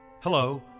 Hello